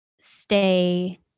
stay